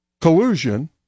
collusion